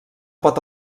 pot